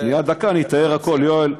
שנייה, אני אתאר הכול, יואל.